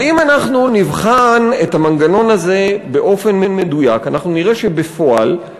אבל אם אנחנו נבחן את המנגנון הזה באופן מדויק נראה שבפועל,